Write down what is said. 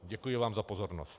Děkuji vám za pozornost.